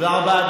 תודה רבה.